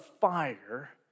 fire